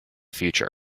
future